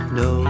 no